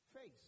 face